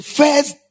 first